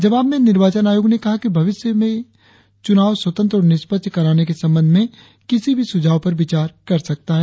जवाब में निर्वाचन आयोग ने कहा कि भविष्य के चुनाव स्वतंत्र और निष्पक्ष कराने के संबंध में किसी भी सुझाव पर विचार कर सकता है